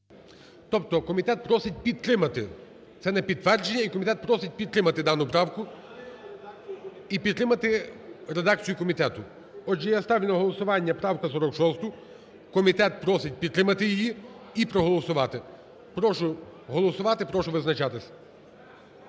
і комітет просить підтримати дану правку і підтримати редакцію комітету, отже я ставлю на голосування правку 346-у. Комітет просить підтримати її і проголосувати. Прошу проголосувати. Прошу визначатися.